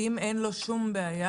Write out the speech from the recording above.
אם אין לו שום בעיה,